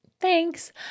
Thanks